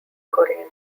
korean